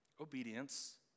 obedience